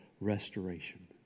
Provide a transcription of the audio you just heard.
restoration